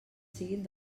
siguin